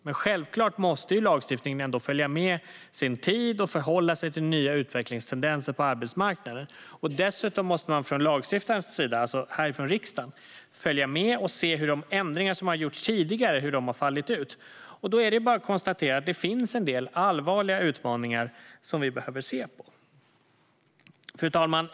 Men självklart måste lagstiftningen ändå följa med sin tid och förhålla sig till den nya utvecklingstendensen på arbetsmarknaden. Dessutom måste lagstiftaren, alltså riksdagen, följa med och se hur tidigare ändringar har fallit ut. Det är bara att konstatera att det finns en del allvarliga utmaningar som vi behöver se över. Fru talman!